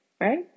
right